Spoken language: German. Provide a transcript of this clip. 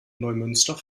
neumünster